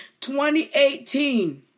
2018